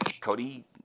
Cody